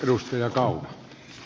dusty jatkaa a